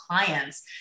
clients